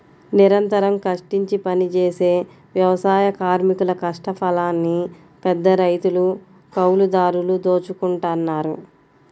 నిరంతరం కష్టించి పనిజేసే వ్యవసాయ కార్మికుల కష్టఫలాన్ని పెద్దరైతులు, కౌలుదారులు దోచుకుంటన్నారు